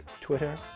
Twitter